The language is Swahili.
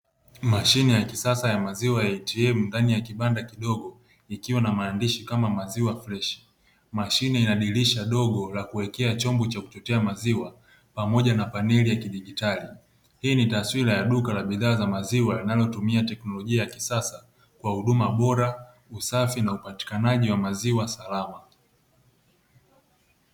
Mashine ya kisasa ya "maziwa ya ATM", ndani ya kibanda kidogo ikiwa na maandishi kama "Maziwa Freshi". Mashine ina dirisha dogo la kuwekea chombo cha kuchotea maziwa pamoja na paneli ya kidijitali. Hii ni taswira ya duka la bidhaa za maziwa linalotumia teknolojia ya kisasa kwa huduma bora, usafi na upatikanaji wa maziwa salama.